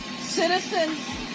Citizens